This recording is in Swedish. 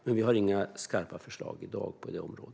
Vi har dock inga skarpa förslag på det området i dag.